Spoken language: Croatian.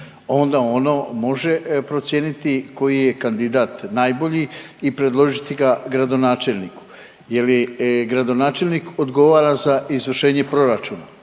onda ono može procijeniti koji je kandidat najbolji i predložiti ga gradonačelniku jer gradonačelnik odgovara za izvršenje proračuna,